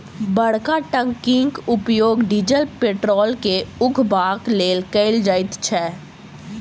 बड़का टंकीक उपयोग डीजल पेट्रोल के उघबाक लेल कयल जाइत छै